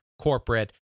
corporate